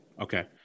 okay